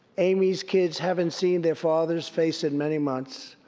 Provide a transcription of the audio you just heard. amy's kids haven't seen their father's face in many months.